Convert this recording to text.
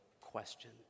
question